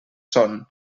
són